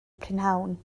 prynhawn